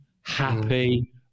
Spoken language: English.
happy